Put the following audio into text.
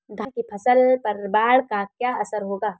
धान की फसल पर बाढ़ का क्या असर होगा?